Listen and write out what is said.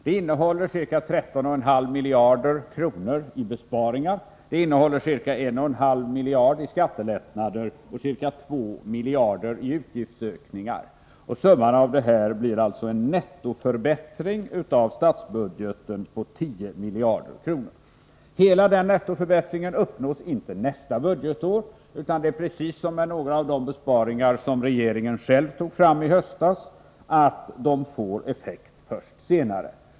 Det innehåller ca 13,5 miljarder i besparingar, ca 1,5 miljarder i skattelättnader och ca 2 miljarder i utgiftsökningar. Summan av detta blir alltså en nettoförbättring av statsbudgeten på 10 miljarder. Hela den nettoförbättringen uppnås inte nästa budgetår, utan det är precis som med några av de besparingar som regeringen själv tog fram i höstas, nämligen att de får effekt först senare.